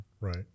right